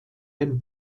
den